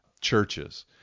churches